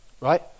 right